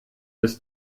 des